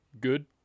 good